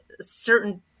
certain